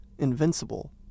invincible